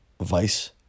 vice